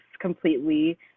completely